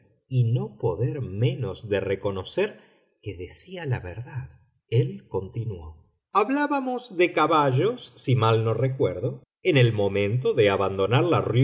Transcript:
y no poder menos de reconocer que decía la verdad él continuó hablábamos de caballos si mal no recuerdo en el momento de abandonar la